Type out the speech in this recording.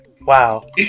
Wow